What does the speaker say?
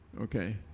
okay